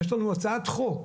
יש לנו הצעת חוק,